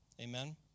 Amen